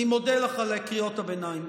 אני מודה לך על קריאות הביניים.